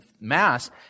mass